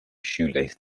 shoelace